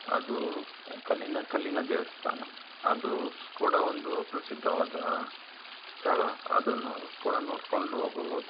ಅದು ಕಲ್ಲಿನ ಕಲ್ಲಿನ ದೇವಸ್ಥಾನ ಅದು ಕೂಡ ಒಂದು ಪ್ರಸಿದ್ಧವಾದ ಸ್ಥಳ ಅದನ್ನು ಕೂಡ ನೋಡಿಕೊಂಡು ಬರ್ಬೌದು